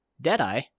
Deadeye